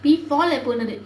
P four leh போனது:ponathu